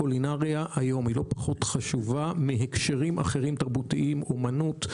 קולינריה היום היא לא פחות חשובה מהקשרים תרבותיים אחרים כמו אמנות,